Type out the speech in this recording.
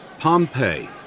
Pompeii